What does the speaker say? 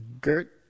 Gert